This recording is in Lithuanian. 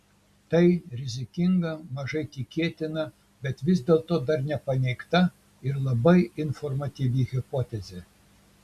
tai rizikinga mažai tikėtina bet vis dėlto dar nepaneigta ir labai informatyvi hipotezė